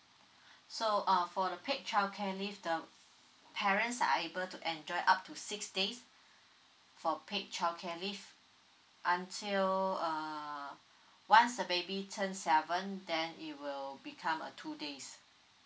so uh for the paid childcare leave the parents are able to enjoy up to six days for paid childcare leave until uh once a baby turn seven then it will become uh two days